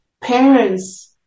parents